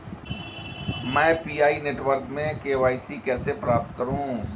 मैं Pi network में KYC कैसे प्राप्त करूँ?